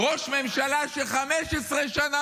ועכשיו תורו של חבר הכסת שטרן.